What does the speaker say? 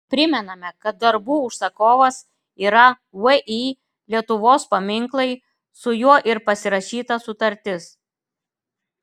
primename kad darbų užsakovas yra vį lietuvos paminklai su juo ir pasirašyta sutartis